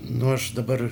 nu aš dabar